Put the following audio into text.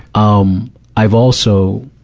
um i've also,